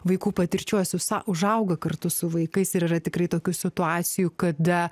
vaikų patirčių esu sa užauga kartu su vaikais ir yra tikrai tokių situacijų kada